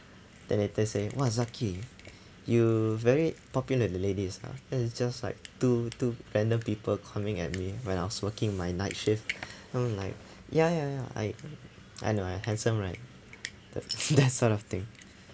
then later say !wah! zaki you very popular with the ladies ah that is just like two two random people coming at me when I was working my night shift so like ya ya ya I I know I handsome right that that sort of thing